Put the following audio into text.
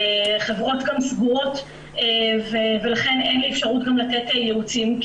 חברות גם סגורות ולכן אין לי אפשרות גם לתת ייעוצים,